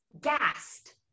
Gassed